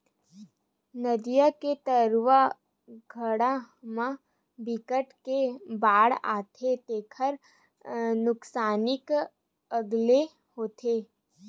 नदिया के उतारू जघा म बिकट के बाड़ आथे तेखर नुकसानी अलगे होथे